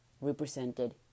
represented